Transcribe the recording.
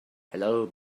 hello